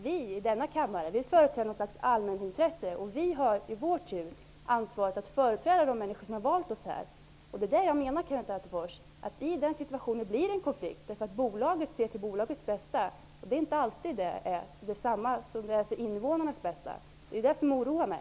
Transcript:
Vi i denna kammare företräder ett slags allmänintresse, och vi i vår tur har ett ansvar genom att vi skall företräda de människor som har valt oss. I den situationen blir det en konflikt. Bolaget ser ju till bolagets bästa, och det är inte alltid detsamma som invånarnas bästa. Det är detta som oroar mig.